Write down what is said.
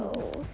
oh